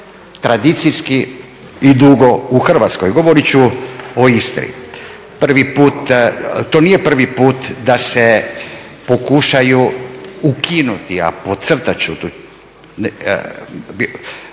tradicijski i dugo u Hrvatskoj. Govorit ću o Istri. To nije prvi put da se pokušaju ukinuti, a podcrtat